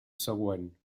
següent